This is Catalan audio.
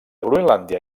groenlàndia